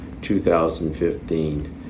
2015